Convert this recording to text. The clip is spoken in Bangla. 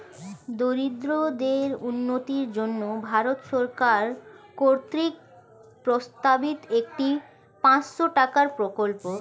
দরিদ্রদের উন্নতির জন্য ভারত সরকার কর্তৃক প্রস্তাবিত একটি পাঁচশো টাকার প্রকল্প